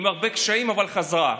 עם הרבה קשיים, אבל חזרה.